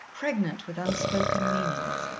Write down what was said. pregnant with unspoken meanings.